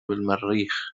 المريخ